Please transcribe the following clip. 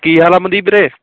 ਕੀ ਹਾਲ ਆ ਮਨਦੀਪ ਵੀਰੇ